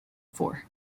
four